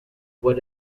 what